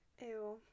Ew